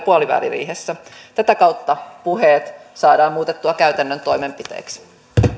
puoliväliriihessä tätä kautta puheet saadaan muutettua käytännön toimenpiteiksi